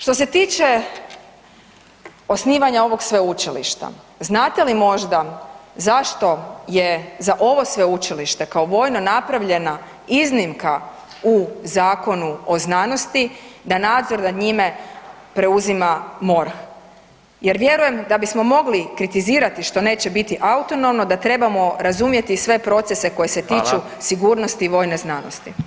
Što se tiče osnivanje ovog sveučilišta, znate li možda zašto je za ovo sveučilište kao vojno napravljena iznimka u Zakonu o znanosti da nadzor nad njime preuzima MORH jer vjerujem da bismo mogli kritizirati što neće biti autonomno da trebamo razumjeti sve procese koje se tiču sigurnosti vojne znanosti.